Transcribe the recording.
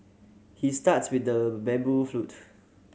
he starts with the bamboo flute